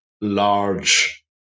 large